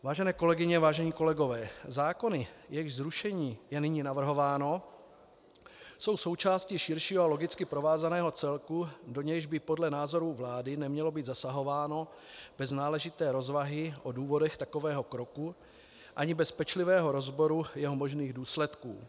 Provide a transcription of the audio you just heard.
Vážené kolegyně, vážení kolegové, zákony, jejichž zrušení je nyní navrhováno, jsou součástí širšího a logicky provázaného celku, do nějž by podle názoru vlády nemělo být zasahováno bez náležité rozvahy o důvodech takového kroku ani bez pečlivého rozboru jeho možných důsledků.